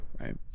right